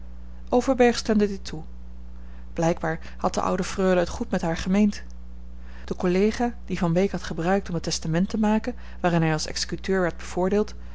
overberg stemde dit toe blijkbaar had de oude freule het goed met haar gemeend de collega dien van beek had gebruikt om het testament te maken waarin hij als executeur werd bevoordeeld